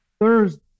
Thursday